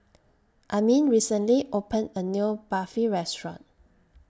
Amin recently opened A New Barfi Restaurant